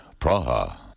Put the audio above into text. Praha